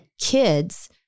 kids